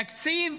תקציב